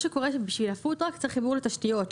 בשביל הפוד-טראק צריך חיבור לתשתיות,